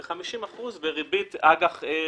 ו-50% הם בריבית אג"ח רגילה,